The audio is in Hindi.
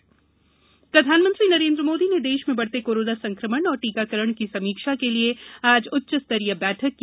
पीएम बैठक प्रधानमंत्री नरेन्द्र मोदी ने देश में बढ़ते कोरोना संक्रमण और टीकाकरण की समीक्षा के लिए आज उच्च स्तरीय बैठक की